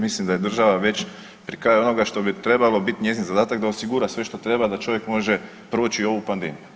Mislim da je država već pri kraju onoga što bi trebalo biti njezin zadatak da osigura sve što treba da čovjek može proći ovu pandemiju.